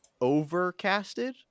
overcasted